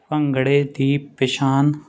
ਭੰਗੜੇ ਦੀ ਪਛਾਣ